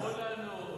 אמרו לנו,